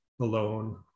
alone